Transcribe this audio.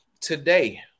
today